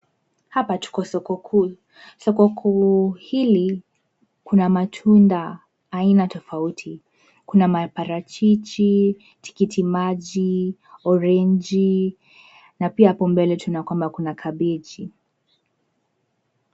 Hapa tuko soko kuu , soko kuu hili kuna matunda aina tofauti. Kuna maparachichi, tikiti maji, orange na pia hapo mbele tunaona kuna kabeji